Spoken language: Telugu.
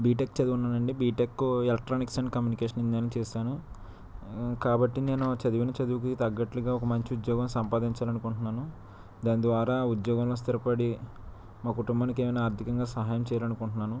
బీటెక్ చదువున్నాను అండి BTech electronics and communication engineering చేసాను కాబట్టి నేను చదివిన చదివుకి తగ్గట్లుగా ఒక మంచి ఉద్యోగం సంపాదించాలి అనుకుంటున్నాను దాని ద్వారా ఉద్యోగంలో స్థిరపడి మా కుటుంబానికి ఏమైన ఆర్థికంగా సహాయం చేయాలి అనుకుంటున్నాను